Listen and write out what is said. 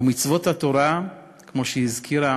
ומצוות התורה, כמו שהזכירה